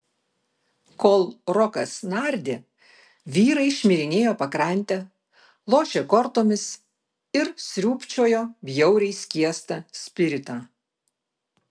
kol rokas nardė vyrai šmirinėjo pakrante lošė kortomis ir sriūbčiojo bjauriai skiestą spiritą